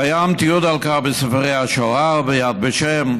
קיים תיעוד על כך בספרי השואה וביד ושם.